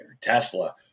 Tesla